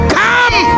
come